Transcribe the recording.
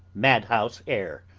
madhouse air,